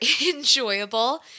enjoyable